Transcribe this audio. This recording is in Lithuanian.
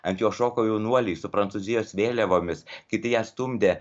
ant jos šoko jaunuoliai su prancūzijos vėliavomis kiti ją stumdė